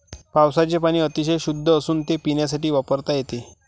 पावसाचे पाणी अतिशय शुद्ध असून ते पिण्यासाठी वापरता येते